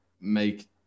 make